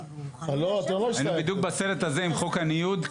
לא אתם לא --- אני בדיוק בסרט הזה עם חוק הניוד.